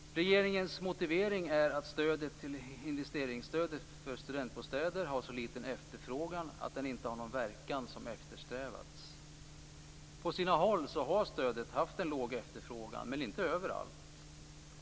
Regeringens motivering är att investeringsstödet till studentbostäder har så liten efterfrågan att det inte har den verkan som eftersträvats. På sina håll har stödet haft låg efterfrågan, men inte överallt.